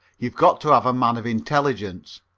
you've got to have a man of intelligence.